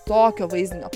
tokio vaizdinio